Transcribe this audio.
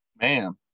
Man